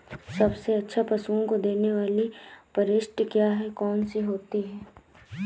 सबसे अच्छा पशुओं को देने वाली परिशिष्ट क्या है? कौन सी होती है?